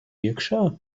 iekšā